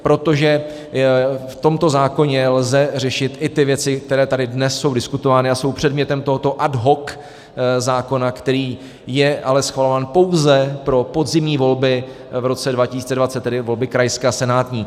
Protože v tomto zákoně lze řešit i ty věci, které tady dnes jsou diskutovány a jsou předmětem tohoto ad hoc zákona, který je ale schvalován pouze pro podzimní volby v roce 2020, tedy volby krajské a senátní.